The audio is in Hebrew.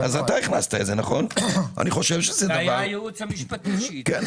זה היה על ידי הייעוץ המשפטי של הוועדה.